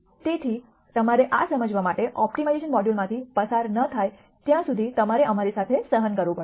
તેથી તમારે આ સમજવા માટે ઓપ્ટિમાઇઝેશન મોડ્યુલમાંથી પસાર ન થાય ત્યાં સુધી તમારે અમારી સાથે સહન કરવું પડશે